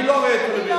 אני לא רואה טלוויזיה.